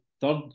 third